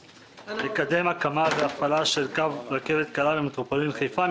לקדם הקמה והפעלה של קו רכבת קלה במטרופולין חיפה,